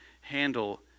handle